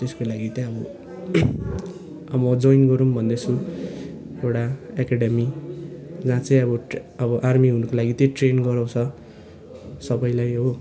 त्यसको लागि चाहिँ अब अब जोइन गरौँ भन्दैछु एउटा एकाडमी जहाँ चाहिँ अब अब आर्मी हुनुको लागि चाहिँ ट्रेन्ड गराउँछ सबैलाई हो